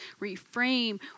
reframe